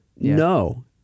No